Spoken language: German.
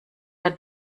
der